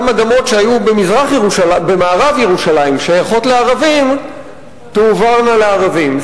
אדמות במערב-ירושלים שהיו שייכות לערבים תועברנה לערבים,